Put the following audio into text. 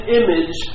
image